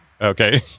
Okay